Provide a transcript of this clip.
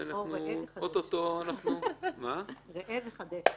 ראה וחדש...